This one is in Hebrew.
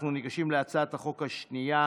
אנחנו ניגשים להצעת החוק השנייה,